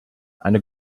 eine